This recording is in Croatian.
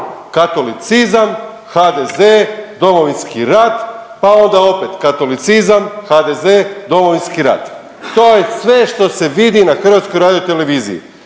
katolicizam, HDZ, Domovinski rat, pa onda opet katolicizam, HZD, Domovinski rat to je sve što se vidi na HRT-u. Dakle,